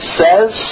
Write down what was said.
says